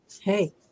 hey